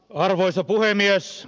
arvoisa puhemies